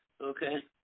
okay